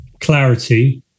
clarity